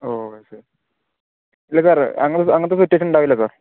okay sir ഇല്ല sir അങ്ങനെ അങ്ങനത്തെ സിറ്റുവേഷൻ ഉണ്ടാവില്ല സർ